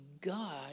God